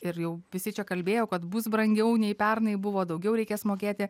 ir jau visi čia kalbėjo kad bus brangiau nei pernai buvo daugiau reikės mokėti